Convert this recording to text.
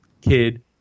kid